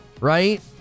right